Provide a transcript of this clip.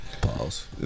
Pause